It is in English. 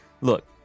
Look